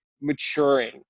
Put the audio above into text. maturing